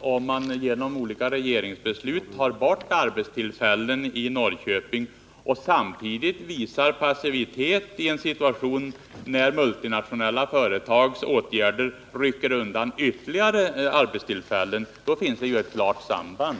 Om man genom regeringsbeslut tar bort arbetstillfällen i Norrköping och samtidigt visar passivitet i en situation när multinationella företags åtgärder rycker undan vtterligare arbetstillfällen. då finns det ju ett klart samband.